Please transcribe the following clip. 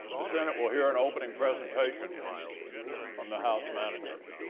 the senate will hear an opening presentation from the house managers.